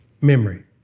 memory